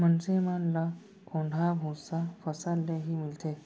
मनसे मन ल कोंढ़ा भूसा फसल ले ही मिलथे